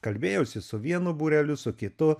kalbėjausi su vienu būreliu su kitu